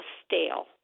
stale